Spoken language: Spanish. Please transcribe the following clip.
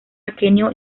aquenio